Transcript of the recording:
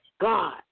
God